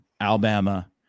Alabama